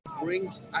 brings